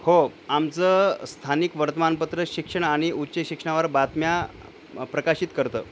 हो आमचं स्थानिक वर्तमानपत्र शिक्षण आणि उच्च शिक्षणावर बातम्या प्रकाशित करतं